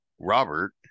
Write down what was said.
Robert